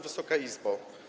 Wysoka Izbo!